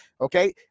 Okay